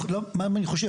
למה אני חושב.